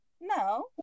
No